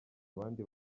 abandi